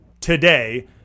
today